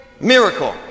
miracle